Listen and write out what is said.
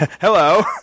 Hello